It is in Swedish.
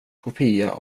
kopia